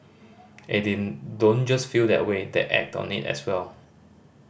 and they don't just feel that way they act on it as well